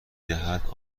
دهد